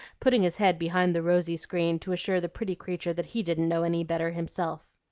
putting his head behind the rosy screen to assure the pretty creature that he didn't know any better himself.